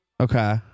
okay